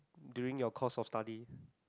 during your course of study